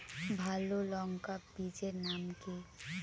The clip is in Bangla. ভালো লঙ্কা বীজের নাম কি?